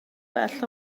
bell